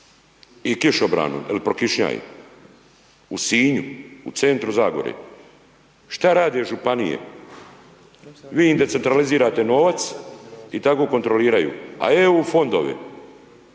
i kišobranom, jer prokišnjaje, u Sinju, u centru Zagore. Šta rade Županije? Vi im decentralizirate novac, i tako kontroliraju, a EU fondovi,